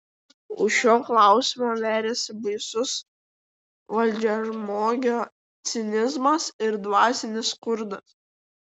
už šio klausimo veriasi baisus valdžiažmogio cinizmas ir dvasinis skurdas